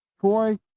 Troy